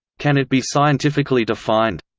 can it be scientifically defined?